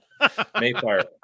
Mayfire